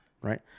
Right